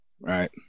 right